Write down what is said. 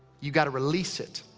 you gotta release it.